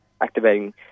activating